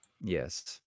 Yes